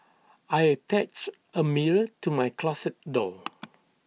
I attached A mirror to my closet door